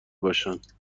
باشند